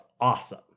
awesome